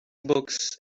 books